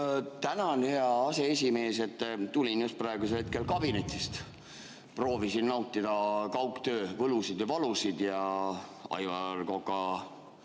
Tänan, hea aseesimees! Tulin just praegusel hetkel kabinetist, proovisin nautida kaugtöö võlusid ja valusid ja Aivar Koka